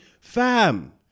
fam